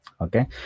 Okay